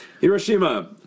Hiroshima